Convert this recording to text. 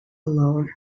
alone